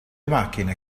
macchine